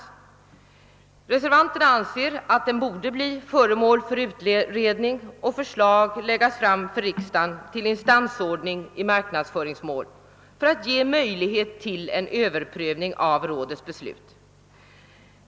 Vi reservanter anser att den borde bli föremål för utredning och förslag läggas fram för riksdagen till instansordning i marknadsföringsmål för att ge möjlighet till en överprövning av rådets beslut.